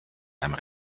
einem